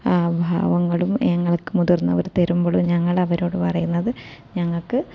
ഭാവുഗങ്ങളും ഞങ്ങൾക്ക് മുതിർന്നവർ തരുമ്പോഴും ഞങ്ങൾ അവരോട് പറയുന്നത് ഞങ്ങൾക്ക്